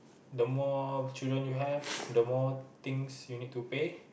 the more children you have the more things you need to pay